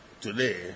today